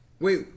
Wait